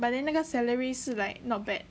but then 那个 salary 是 like not bad